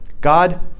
God